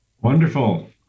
Wonderful